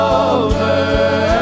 over